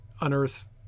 unearth